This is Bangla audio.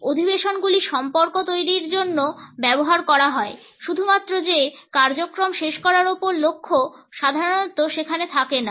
অধিবেশনগুলি সম্পর্ক তৈরির জন্য ব্যবহার করা হয় শুধুমাত্র যে কার্যক্রম শেষ করার উপর লক্ষ্য সাধারণত সেখানে থাকে না